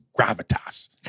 gravitas